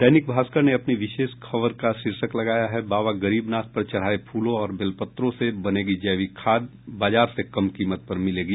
दैनिक भास्कर ने अपनी विशेष खबर का शीर्षक लगाया है बाबा गरीबनाथ पर चढ़ाए फूलों और बेलपत्रों से बनेगी जैविक खाद बाजार से कम कीमत पर मिलेगी